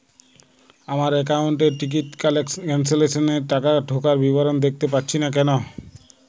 আমার একাউন্ট এ ticket cancellation এর টাকা ঢোকার বিবরণ দেখতে পাচ্ছি না কেন?